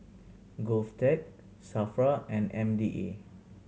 GovTech SAFRA and M D A